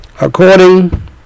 According